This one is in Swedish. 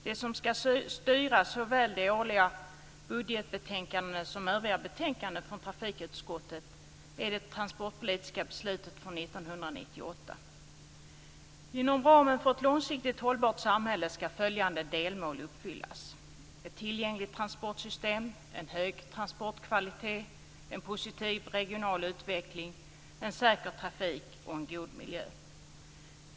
Det som ska styra såväl det årliga budgetbetänkandet som övriga betänkanden från trafikutskottet är det transportpolitiska beslutet från Inom ramen för ett långsiktigt hållbart samhälle ska följande delmål uppfyllas: - en hög transportkvalitet, - en positiv regional utveckling, - en god miljö.